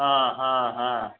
हा हा हा